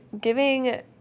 giving